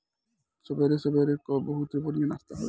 पोहा सबेरे सबेरे कअ बहुते बढ़िया नाश्ता हवे